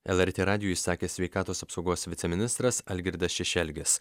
lrt radijui sakė sveikatos apsaugos viceministras algirdas šešelgis